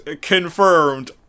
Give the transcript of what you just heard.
confirmed